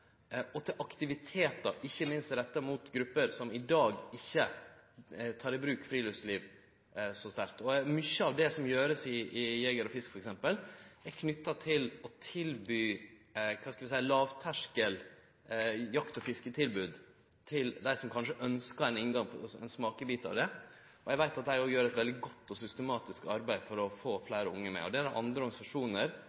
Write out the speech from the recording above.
og Fiskeforbund, og til aktivitetar, ikkje minst retta mot grupper som i dag ikkje driv så mykje med friluftsliv. Mykje av det ein gjer i Jeger- og Fiskeforbundet t.d., er knytt til å tilby – kva skal vi seie – eit lågterskel jakt- og fisketilbod til dei som kanskje ønskjer ein smakebit av det. Eg veit at dei òg gjer eit veldig godt og systematisk arbeid for å få